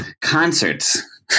concerts